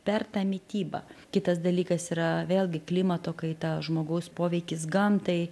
per tą mitybą kitas dalykas yra vėlgi klimato kaita žmogaus poveikis gamtai